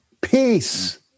Peace